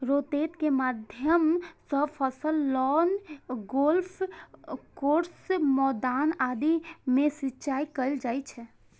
rotator के माध्यम सं फसल, लॉन, गोल्फ कोर्स, मैदान आदि मे सिंचाइ कैल जाइ छै